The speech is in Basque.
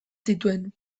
zituen